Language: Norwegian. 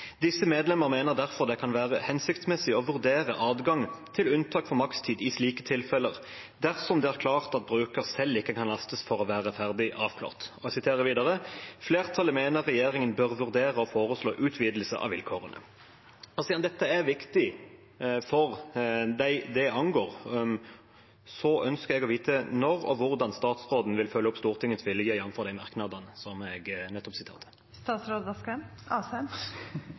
medlemmer mener derfor det kan være hensiktsmessig å vurdere adgang til unntak for makstid i slike tilfeller, dersom det er klart at bruker selv ikke kan lastes for å være ferdig avklart.» Og jeg siterer videre: «Flertallet mener regjeringen bør vurdere å foreslå utvidelse av vilkåret Siden dette er viktig for dem dette angår, ønsker jeg å få vite når og hvordan statsråden vil følge opp Stortingets vilje, jf. de merknadene som jeg nettopp